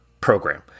program